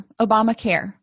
obamacare